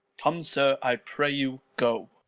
come, sir, i pray you, go.